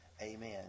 Amen